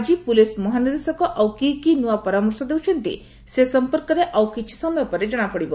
ଆଜି ପୁଲିସ୍ ମହାନିର୍ଦ୍ଦେଶକ ଆଉ କି ନିଆ ପରାମର୍ଶ ଦେଉଛନ୍ତି ସେ ସମ୍ମର୍କରେ ଆଉ କିଛି ସମୟ ପରେ ଜଣାପଡ଼ିବ